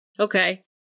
Okay